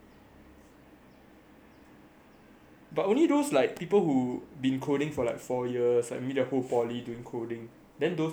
but only those like people who've been coding for like four years suddenly their whole poly doing coding then those people will have a advantage loh